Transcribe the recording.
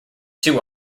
two